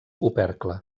opercle